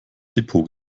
depot